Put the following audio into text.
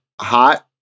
hot